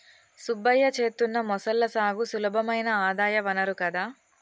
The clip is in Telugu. సుబ్బయ్య చేత్తున్న మొసళ్ల సాగు సులభమైన ఆదాయ వనరు కదా